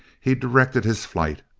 he directed his flight,